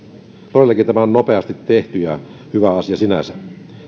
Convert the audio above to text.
todellakin tämä on nopeasti tehty ja hyvä asia sinänsä